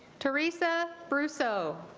teresa brousseau